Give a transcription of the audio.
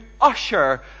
usher